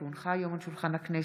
כי הונחה היום על שולחן הכנסת,